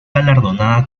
galardonada